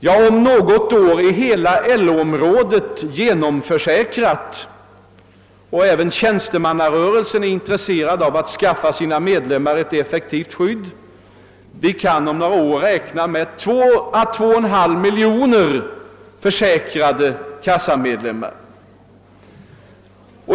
Ja, om något år är hela LO-området genomförsäkrat och även tjänstemannarörelsen är intresserad av att skaffa sina medlemmar ett effektivt skydd. Vi kan om några år räkna med 2 å 2,5 miljoner försäkrade kassamedlemmar.